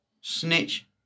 snitch